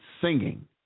singing